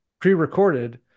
pre-recorded